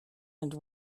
and